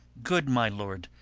good my lord,